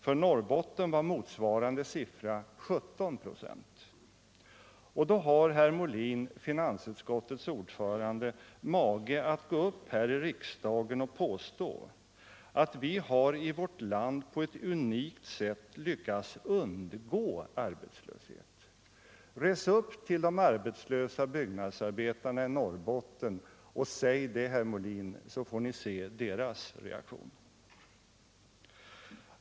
För Norrbotten var motsvarande siffra 17 "5. Ändå har Björn Molin, finansutskottets ordförande, mage att här i riksdagen påstå att vi i vårt land på ett unikt sätt har lyckats undgå arbetslöshet. Res upp till de arbetslösa byggnadsarbetarna i Norrbotten och säg det, herr Molin, så får ni se deras reaktion!